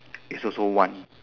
is also one